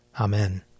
Amen